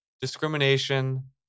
Discrimination